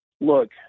Look